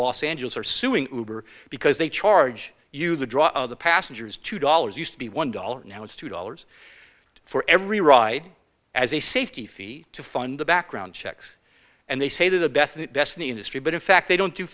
los angeles are suing because they charge you the draw of the passengers two dollars used to be one dollar now it's two dollars for every ride as a safety fee to fund the background checks and they say the best the best in the industry but in fact they don't do